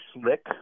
slick